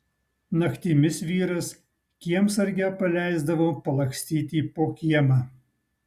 naktimis vyras kiemsargę paleisdavo palakstyti po kiemą